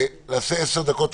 זה יהיה אחד הדברים הראשונים.